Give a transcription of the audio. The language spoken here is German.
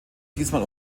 diesmal